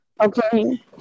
okay